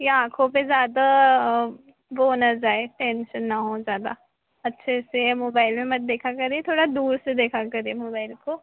या आँखों पर ज़्यादा वह ना जाए टेंसन ना हो ज़्यादा अच्छे से मोबाइल में मत देखा करिए थोड़ा दूर से देखा करिए मोबाइल को